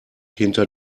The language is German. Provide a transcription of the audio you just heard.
hinter